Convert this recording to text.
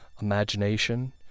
imagination